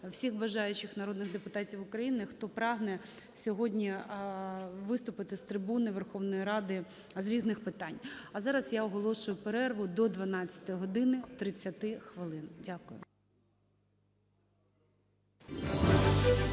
всіх бажаючих народних депутатів України, хто прагне сьогодні виступити з трибуни Верховної Ради з різних питань. А зараз я оголошую перерву до 12 години 30 хвилин. Дякую.